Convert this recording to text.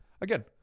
again